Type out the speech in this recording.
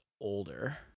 older